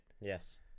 Yes